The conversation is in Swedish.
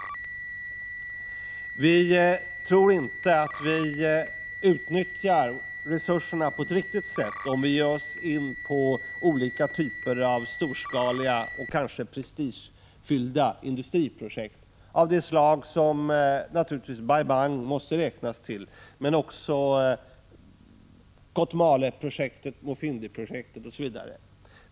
Vi tror inte att vi utnyttjar resurserna på ett riktigt sätt, om vi ger oss in på olika typer av storskaliga och kanske prestigefyllda industriprojekt av det slag som naturligtvis Bai Bang måste räknas till men också Kotmaleprojektet, Mufindiprojektet osv.